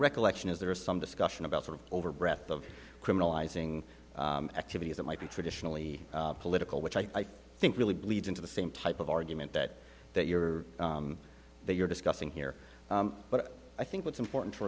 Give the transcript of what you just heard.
recollection is there was some discussion about sort of over breath of criminalizing activities that might be traditionally political which i think really bleeds into the same type of argument that that you're that you're discussing here but i think what's important to